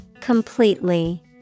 Completely